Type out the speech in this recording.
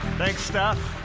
thanks, steph.